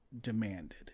demanded